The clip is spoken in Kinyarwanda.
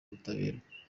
ubutabera